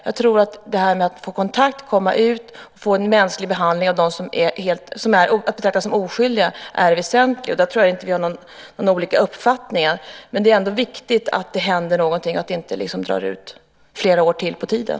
Jag tror att det här att få kontakt, komma ut och få en mänsklig behandling och att betraktas som oskyldig är det väsentliga. Jag tror inte att vi där har några olika uppfattningar. Det är ändå viktigt att det händer någonting och inte drar ut flera år till på tiden.